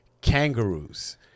kangaroos